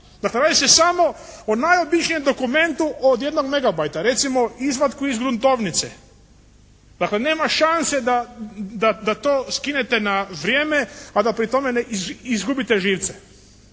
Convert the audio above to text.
Dakle, radi se samo o najobičnijem dokumentu od 1 megabajta, recimo izvatku iz gruntovnice. Dakle, nema šanse da to skinete na vrijeme, a da pri tome ne izgubite živce.